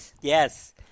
Yes